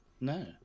No